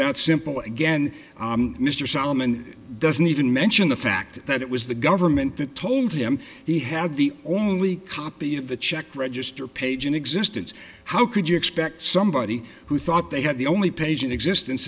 that simple again mr solomon doesn't even mention the fact that it was the government that told him he had the only copy of the check register page in existence how could you expect somebody who thought they had the only page in existence